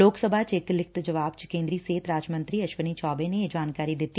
ਲੋਕ ਸਭਾ ਚ ਇਕ ਲਿਖਤ ਜਵਾਬ ਚ ਕੇਦਰੀ ਸਿਹਤ ਰਾਜ ਮੰਤਰੀ ਅਸ਼ਵਨੀ ਚੌਬੇ ਨੇ ਇਹ ਜਾਣਕਾਰੀ ਦਿੱਤੀ